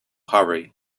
hurry